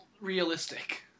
realistic